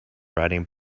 riding